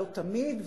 לא תמיד.